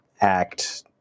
act